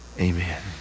Amen